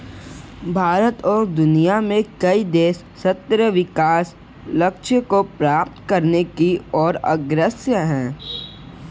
भारत और दुनिया में कई देश सतत् विकास लक्ष्य को प्राप्त करने की ओर अग्रसर है